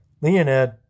Leonid